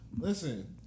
listen